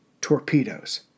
torpedoes